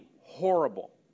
horrible